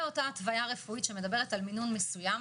אותה התוויה רפואית שמדברת על מינון מסוים.